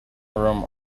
room